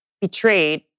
betrayed